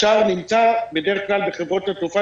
השאר נמצא בדרך כלל בחברות התעופה.